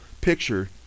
picture